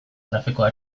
grafikoa